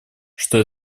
что